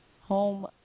Home